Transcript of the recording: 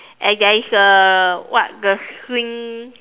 and there is a what the swing